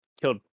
killed